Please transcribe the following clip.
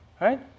right